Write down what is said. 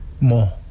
More